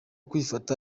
kwifata